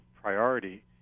priority